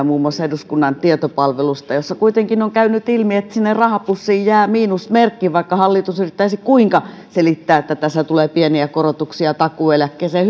muun muassa eduskunnan tietopalvelusta näitä laskelmia joissa kuitenkin on käynyt ilmi että sinne rahapussiin jää miinusmerkki vaikka hallitus yrittäisi kuinka selittää että tässä tulee pieniä korotuksia takuueläkkeeseen